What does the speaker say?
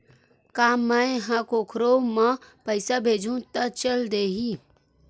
का मै ह कोखरो म पईसा भेजहु त चल देही?